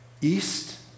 east